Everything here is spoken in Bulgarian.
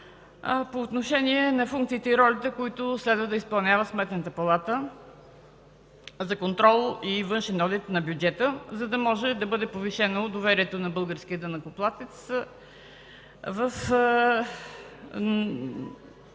По отношение на функциите и ролите, които следва да изпълнява Сметната палата – контрол и външен одит на бюджета, за да бъде повишено доверието на българския данъкоплатец и